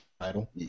title